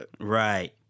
right